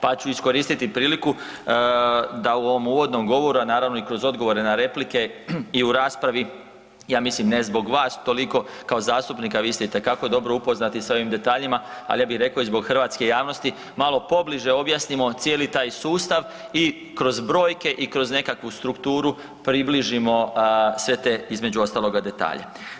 Pa ću iskoristiti priliku da u ovom uvodnom govoru, a naravno i kroz odgovore na replike i u raspravi ja mislim ne zbog vas toliko kao zastupnika, vi ste itekako dobro upoznati s ovim detaljima, ali ja bih rekao i zbog hrvatske javnosti malo pobliže objasnimo cijeli taj sustav i kroz brojke i kroz nekakvu strukturu približimo sve te između ostaloga detalje.